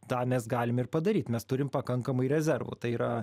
tą mes galim ir padaryt mes turim pakankamai rezervų tai yra